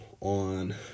on